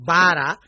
Bara